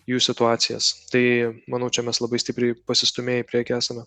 jų situacijas tai manau čia mes labai stipriai pasistūmėję į priekį esame